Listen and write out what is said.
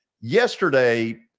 Yesterday